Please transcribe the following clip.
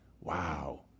wow